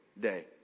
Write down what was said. day